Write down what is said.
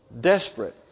desperate